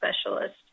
specialist